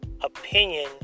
opinion